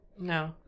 No